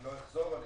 לא אחזור עליהם,